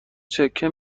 چکه